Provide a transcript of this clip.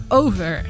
over